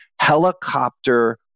helicopter